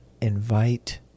invite